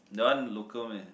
the one local meh